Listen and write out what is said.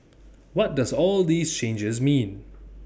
what does all these changes mean